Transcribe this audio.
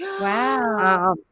wow